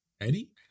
Eddie